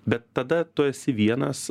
bet tada tu esi vienas